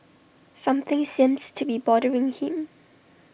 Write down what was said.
something seems to be bothering him